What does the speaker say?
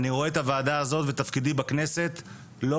אני רואה את הוועדה הזאת ואת תפקידי בכנסת לא